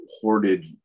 hoarded